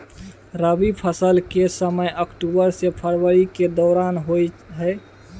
रबी फसल के समय अक्टूबर से फरवरी के दौरान होय हय